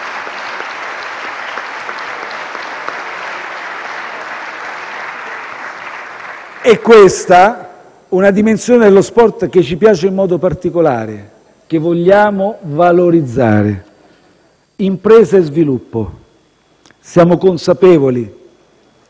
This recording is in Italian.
È questa una dimensione dello sport che ci piace in modo particolare e che vogliamo valorizzare. Impresa e sviluppo. Siamo consapevoli